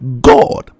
God